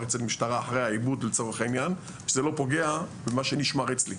אצל המשטרה אחרי העיבוד ושזה לא פוגע במה שנשמר אצלי.